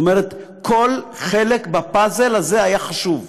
זאת אומרת, כל חלק בפאזל הזה היה חשוב.